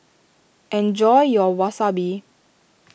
enjoy your Wasabi